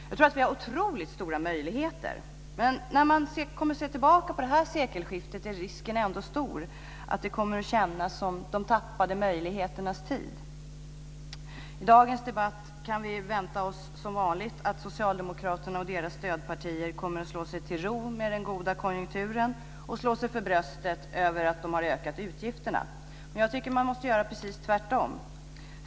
Jag tror att vi har oerhört stora möjligheter, men när man kommer att se tillbaka på detta sekelskifte är det ändå stor risk för att det kommer att kännas som de tappade möjligheternas tid. I dagens debatt kan vi vänta oss att socialdemokraterna och deras stödpartier som vanligt kommer att slå sig till ro med den goda konjunkturen och slå sig för bröstet över att de har ökat utgifterna. Jag tycker att man måste göra precis tvärtom.